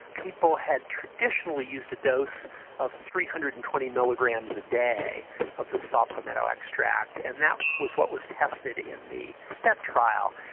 people had traditionally used the dose of three hundred and twenty milligrams a day of the saw palmetto extract and that was what was tested in the step trial.